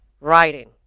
writing